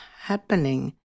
happening